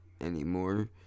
anymore